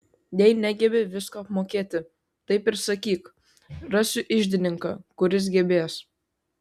jei negebi visko apmokėti taip ir sakyk rasiu iždininką kuris gebės